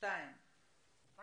רק